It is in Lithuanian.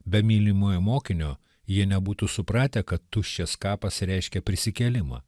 be mylimojo mokinio jie nebūtų supratę kad tuščias kapas reiškia prisikėlimą